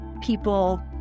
people